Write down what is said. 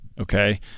okay